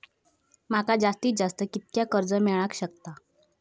माका जास्तीत जास्त कितक्या कर्ज मेलाक शकता?